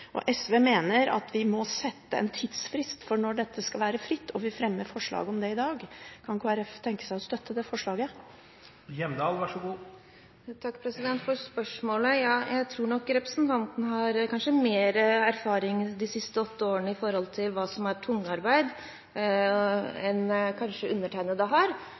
kyllingproduksjon. SV mener vi må sette en tidsfrist for når dette skal være fritt og vil fremme forslag om det i dag. Kan Kristelig Folkeparti tenke seg å støtte det forslaget? Til spørsmålet: Ja, jeg tror nok representanten kanskje har mer erfaring de siste åtte årene med hva som er tungarbeid, enn undertegnede har.